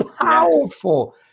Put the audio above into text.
powerful